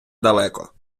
далеко